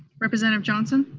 representative johnson?